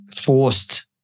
forced